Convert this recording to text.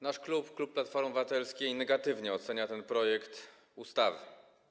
Nasz klub, klub Platformy Obywatelskiej, negatywnie ocenia ten projekt ustawy.